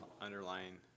underlying